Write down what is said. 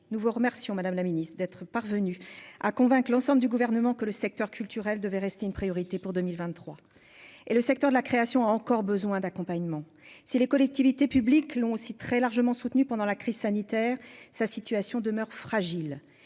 nous vous remercions madame la ministre d'être parvenu à convainc l'ensemble du gouvernement que le secteur culturel devait rester une priorité pour 2023 et le secteur de la création encore besoin d'accompagnement si les collectivités publiques long aussi très largement soutenu pendant la crise sanitaire sa situation demeure fragile,